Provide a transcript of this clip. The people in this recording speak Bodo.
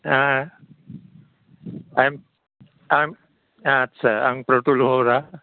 हा आं आच्चा आं प्रफुल बर'